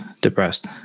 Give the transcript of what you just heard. depressed